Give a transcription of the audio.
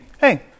hey